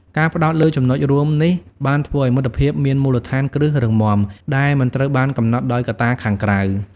ការផ្តោតលើចំណុចរួមនេះបានធ្វើឲ្យមិត្តភាពមានមូលដ្ឋានគ្រឹះរឹងមាំ ដែលមិនត្រូវបានកំណត់ដោយកត្តាខាងក្រៅ។